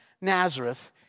Nazareth